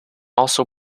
also